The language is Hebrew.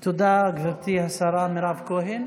תודה, גברתי השרה מירב כהן.